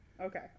Okay